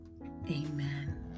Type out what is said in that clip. amen